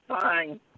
fine